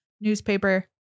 newspaper